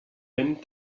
wenn